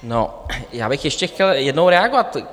No, já bych ještě chtěl jednou reagovat.